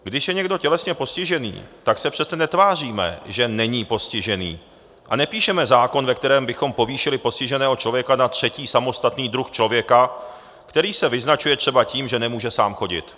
Když je někdo tělesně postižený, tak se přece netváříme, že není postižený, a nepíšeme zákon, ve kterém bychom povýšili postiženého člověka na třetí samostatný druh člověka, který se vyznačuje třeba tím, že nemůže sám chodit.